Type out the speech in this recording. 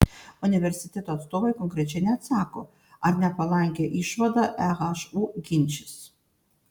universiteto atstovai konkrečiai neatsako ar nepalankią išvadą ehu ginčys